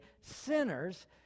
sinners